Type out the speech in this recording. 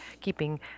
keeping